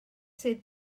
sydd